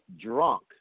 drunk